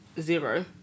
zero